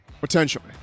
potentially